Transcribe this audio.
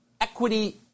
equity